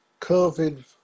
COVID